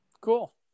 Cool